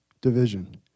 division